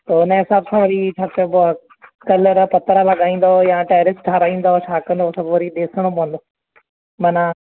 पोइ हिनजे हिसाब सां वरी छा चइबो आहे कलर पथर लॻाईंदव या टेरिस ठहिराईंदव छा कंदो हो सभु वरी ॾिसणो पवंदो माना